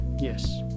Yes